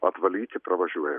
atvalyti pravažiuo